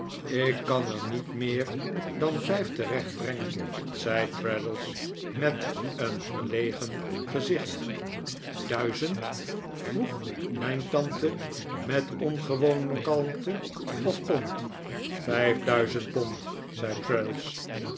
ik kan er niet meer dan vijf terechtbrengen zei traddles met een verlegen gezicht duizend vroeg mijn tante met ongewone kalmte of pond vijf duizend pond zei